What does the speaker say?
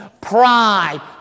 pride